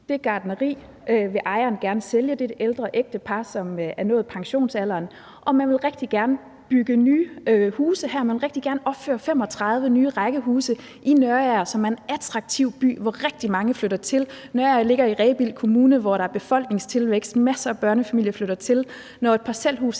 der et gartneri. Ejerne vil gerne sælge gartneriet. Det er et ældre ægtepar, som har nået pensionsalderen. Man vil rigtig gerne bygge nye huse her. Man vil rigtig gerne opføre 35 nye rækkehuse i Nørager, som er en attraktiv by, som rigtig mange flytter til. Nørager ligger i Rebild Kommune, hvor der er befolkningstilvækst. Der er masser af børnefamilier, der flytter hertil. Når et parcelhus